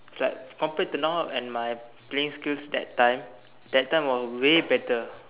it's like compared to now and my playing skills that time that time was way better